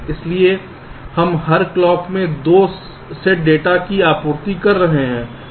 इसलिए हम हर क्लॉक में 2 सेट डेटा की आपूर्ति कर रहे हैं